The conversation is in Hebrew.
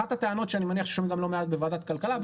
אחת הטענות שאני מניח ששומעים גם לא מעט בוועדת כלכלה,